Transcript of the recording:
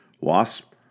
Wasp